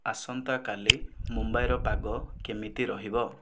ଆସନ୍ତାକାଲି ମୁମ୍ବାଇର ପାଗ କେମିତି ରହିବ